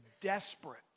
desperate